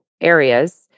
areas